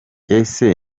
ese